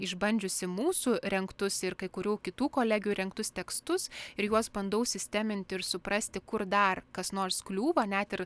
išbandžiusi mūsų rengtus ir kai kurių kitų kolegių rengtus tekstus ir juos bandau sisteminti ir suprasti kur dar kas nors kliūva net ir